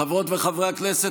חברות וחברי הכנסת,